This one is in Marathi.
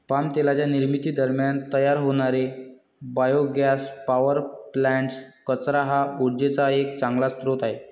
पाम तेलाच्या निर्मिती दरम्यान तयार होणारे बायोगॅस पॉवर प्लांट्स, कचरा हा उर्जेचा एक चांगला स्रोत आहे